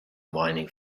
mining